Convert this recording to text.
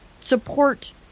support